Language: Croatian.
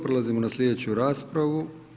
Prelazimo na slijedeću raspravu.